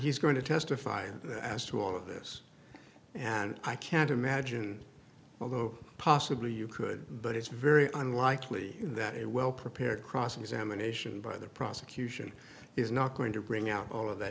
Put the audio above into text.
he's going to testify as to all of this and i can't imagine although possibly you could but it's very unlikely that a well prepared cross examination by the prosecution is not going to bring out all of that